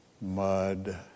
Mud